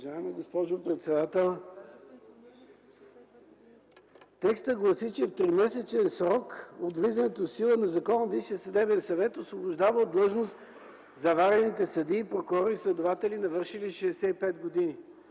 Уважаема госпожо председател, текстът гласи, че в тримесечен срок от влизането в сила на закона Висшият съдебен съвет освобождава от длъжност заварените съдии, прокурори и следователи, навършили 65 години.